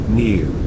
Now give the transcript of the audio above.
new